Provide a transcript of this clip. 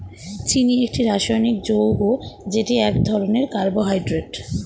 চিনি একটি রাসায়নিক যৌগ যেটি এক ধরনের কার্বোহাইড্রেট